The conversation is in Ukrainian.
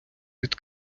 від